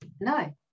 No